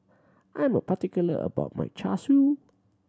I am particular about my Char Siu